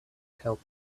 help